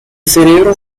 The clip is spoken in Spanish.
cerebro